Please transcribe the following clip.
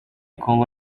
congo